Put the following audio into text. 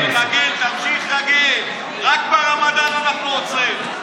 רק ברמדאן אנחנו עוצרים.